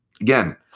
again